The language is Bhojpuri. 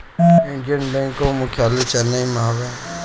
इंडियन बैंक कअ मुख्यालय चेन्नई में हवे